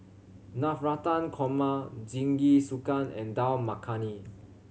Navratan Korma Jingisukan and Dal Makhani